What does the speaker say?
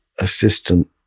assistant